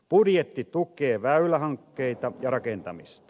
budjetti tukee väylähankkeita ja rakentamista